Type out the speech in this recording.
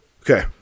Okay